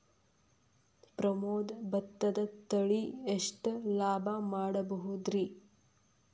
ಪ್ರಮೋದ ಭತ್ತದ ತಳಿ ಎಷ್ಟ ಲಾಭಾ ಮಾಡಬಹುದ್ರಿ?